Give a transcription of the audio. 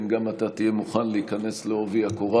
אם גם אתה תהיה מוכן להיכנס בעובי הקורה